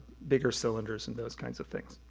bigger cylinders and those kinds of things.